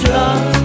love